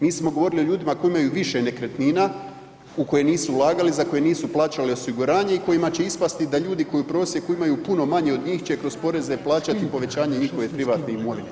Mi smo govorili o ljudima koji imaju više nekretnina u koje nisu ulagali, za koje nisu plaćali osiguranje i kojima će ispasti da ljudi koji u prosjeku imaju puno manje od njih će kroz poreze plaćati povećanje njihove privatne imovine.